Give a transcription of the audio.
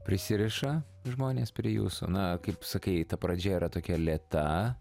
prisiriša žmonės prie jūsų na kaip sakai ta pradžia yra tokia lėta